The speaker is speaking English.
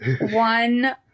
One